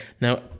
now